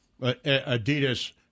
Adidas